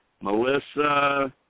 Melissa